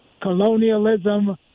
colonialism